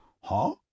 Huh